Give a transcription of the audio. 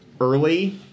early